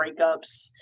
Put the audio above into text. breakups